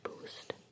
boost